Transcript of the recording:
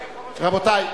רבותי,